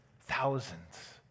thousands